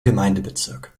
gemeindebezirk